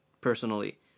personally